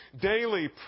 Daily